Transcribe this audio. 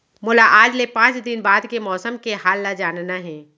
मोला आज ले पाँच दिन बाद के मौसम के हाल ल जानना हे?